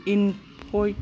इनपयेटस